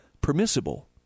permissible